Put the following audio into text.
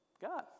God